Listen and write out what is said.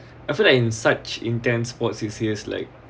after that in such intense sport C_C_A's like